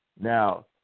Now